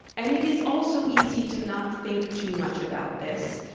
and it is also easy to not think too much about this,